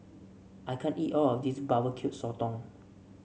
I can't eat all of this Barbecue Sotong